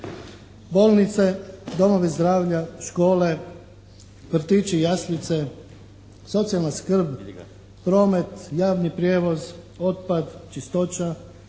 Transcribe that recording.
Bolnice, domovi zdravlja, škole, vrtići, jaslice, socijalna skrb, promet, javni prijevoz, otpad, ćistoća,